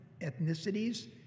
ethnicities